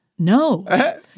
No